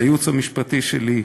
לייעוץ המשפטי שלי,